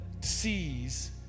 sees